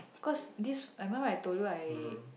cause this I remember I told you I